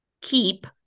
keep